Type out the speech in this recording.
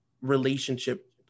relationship